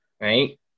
right